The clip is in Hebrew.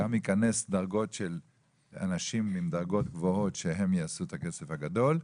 גם ייכנסו דרגות של אנשים עם דרגות גבוהות שהם יעשו את הכסף הגדול,